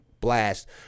blast